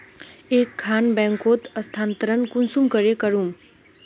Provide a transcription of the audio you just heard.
एक खान बैंकोत स्थानंतरण कुंसम करे करूम?